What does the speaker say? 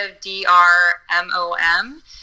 D-R-M-O-M